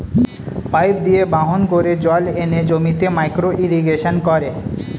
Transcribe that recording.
pipe দিয়ে বাহন করে জল এনে জমিতে মাইক্রো ইরিগেশন করে